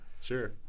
Sure